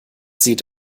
sieht